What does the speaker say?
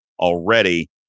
Already